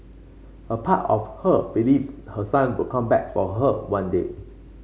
a part of her believes her son will come back for her one day